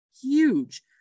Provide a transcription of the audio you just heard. huge